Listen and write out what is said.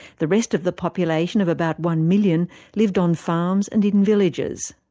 the rest of the population of about one million lived on farms and in villages.